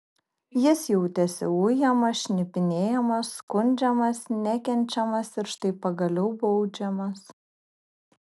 jis jautėsi ujamas šnipinėjamas skundžiamas nekenčiamas ir štai pagaliau baudžiamas